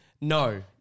No